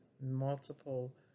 multiple